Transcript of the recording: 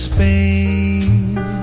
Spain